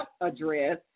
address